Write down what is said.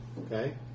Okay